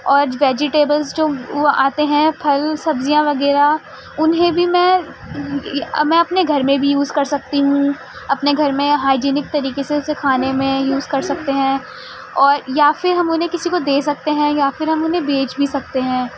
اور ویجیٹیبلس جو آتے ہیں پھل سبزیاں وغیرہ انہیں بھی میں میں اپنے گھر میں بھی یوز کر سکتی ہوں اپنے گھر میں ہائیجینک طریقے سے اسے کھانے میں یوز کر سکتے ہیں اور یا پھر ہم انہیں کسی کو دے سکتے ہیں یا پھر ہم انہیں بیچ بھی سکتے ہیں